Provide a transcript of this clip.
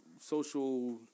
social